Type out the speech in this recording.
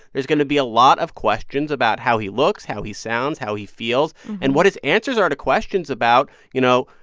there's going to be a lot of questions about how he looks, how he sounds, how he feels and what his answers are to questions about, you know,